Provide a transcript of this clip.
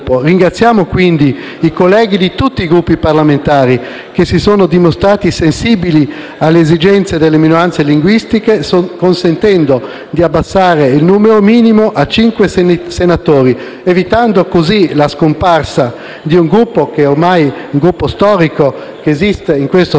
Ringraziamo, quindi, i colleghi di tutti i Gruppi parlamentari che si sono dimostrati sensibili alle esigenze delle minoranze linguistiche, consentendo di abbassare il numero minimo a cinque senatori, evitando la scomparsa di un Gruppo storico che esiste in Senato dal